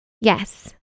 Yes